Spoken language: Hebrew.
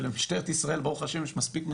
למשטרת ישראל ברוך השם יש מספיק משימות,